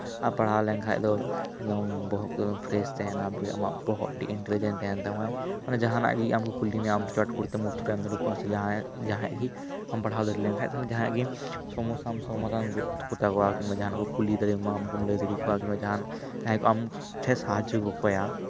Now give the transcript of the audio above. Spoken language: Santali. ᱟᱨ ᱯᱟᱲᱦᱟᱣ ᱞᱮᱱᱠᱷᱟᱱ ᱫᱚ ᱵᱚᱦᱚᱜ ᱠᱚ ᱯᱷᱨᱮᱥ ᱛᱟᱦᱮᱱᱟ ᱟᱢᱟᱜ ᱵᱚᱦᱚᱜ ᱟᱹᱰᱤ ᱤᱱᱴᱮᱞᱤᱡᱮᱱ ᱛᱟᱦᱮᱱ ᱛᱟᱢᱟ ᱵᱚᱞᱮ ᱡᱟᱦᱟᱱᱟᱜ ᱜᱮ ᱟᱢᱠᱚ ᱠᱩᱞᱤᱢᱮᱭᱟ ᱟᱢ ᱪᱚᱴᱠᱚᱨᱮ ᱩᱛᱛᱚᱨ ᱮᱢ ᱮᱢ ᱫᱟᱲᱮᱭᱟᱠᱚᱣᱟ ᱥᱮ ᱡᱟᱦᱟᱸᱭ ᱜᱮ ᱟᱢ ᱯᱟᱲᱦᱟᱣ ᱫᱟᱲᱮᱞᱮᱱᱠᱷᱟᱱ ᱛᱟᱦᱚᱞᱮ ᱡᱟᱦᱟᱸᱭᱟᱜ ᱜᱮ ᱥᱚᱢᱚᱥᱟᱢ ᱥᱚᱢᱟᱫᱷᱟᱱ ᱠᱟᱛᱟᱠᱚᱣᱟ ᱠᱤᱢᱵᱟ ᱡᱟᱦᱟᱱᱟᱜ ᱠᱚ ᱠᱩᱞᱤ ᱫᱟᱲᱮᱭᱟᱢᱟ ᱩᱱᱠᱩᱢ ᱞᱟᱹᱭ ᱫᱟᱲᱮᱭᱟᱠᱚᱣᱟ ᱠᱤᱱᱵᱟ ᱡᱟᱦᱟᱸᱭ ᱟᱢᱴᱷᱮᱱ ᱥᱟᱦᱟᱡᱚ ᱠᱚ ᱠᱚᱠᱚᱭᱟ